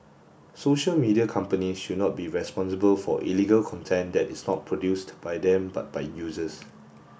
social media companies should not be responsible for illegal content that is not produced by them but by users